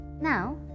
now